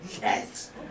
Yes